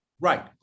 Right